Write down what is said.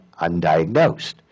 undiagnosed